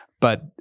But-